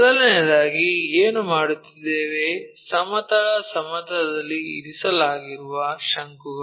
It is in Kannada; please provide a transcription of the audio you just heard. ಮೊದಲನೆಯದಾಗಿ ಏನು ಮಾಡುತ್ತಿದ್ದೇವೆ ಸಮತಲ ಸಮತಲದಲ್ಲಿ ಇರಿಸಲಾಗಿರುವ ಶಂಕುಗಳು